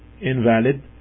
invalid